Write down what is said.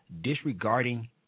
disregarding